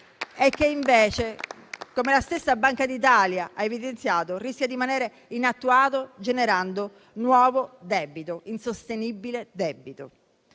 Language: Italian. e che invece, come la stessa Banca d'Italia ha evidenziato, rischia di rimanere inattuato, generando nuovo debito, insostenibile debito.